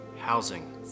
Housing